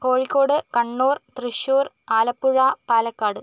Kozhikode Kannur Thrissur Alappuzha Palakkad